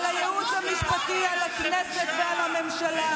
על הייעוץ המשפטי, על הכנסת ועל הממשלה.